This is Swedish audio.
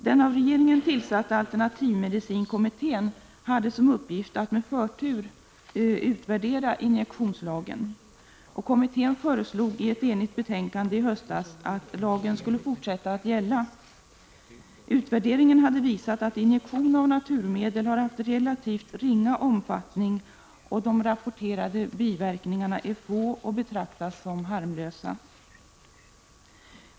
Den av regeringen tillsatta alternativmedicinkommittén hade som uppgift att med förtur utvärdera injektionslagen och föreslog i ett enigt betänkande i höstas att injektionslagen skulle fortsätta att gälla. Utvärderingen hade visat att injektion av naturmedel har haft relativt ringa omfattning. De rapporterade biverkningarna är få och betraktas som harmlösa.